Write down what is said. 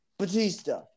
Batista